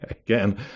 again